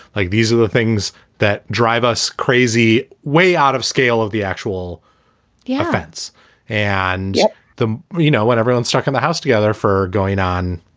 like these are the things that drive us crazy, way out of scale of the actual ah fence and the you know, when everyone's stuck in the house together for going on,